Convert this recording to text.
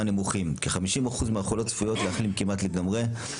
נמוכים: כ-50% מהחולות צפויות להחלים כמעט לגמרי,